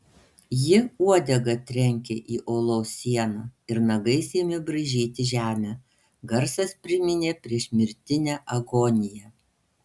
ji uodega trenkė į olos sieną ir nagais ėmė braižyti žemę garsas priminė priešmirtinę agoniją